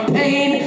pain